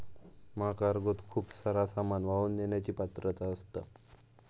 महाकार्गोत खूप सारा सामान वाहून नेण्याची पात्रता असता